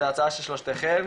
זאת ההצעה של שלושתכם,